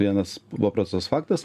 vienas paprastas faktas